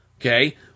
okay